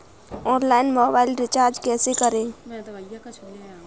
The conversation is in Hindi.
ऑनलाइन मोबाइल रिचार्ज कैसे करें?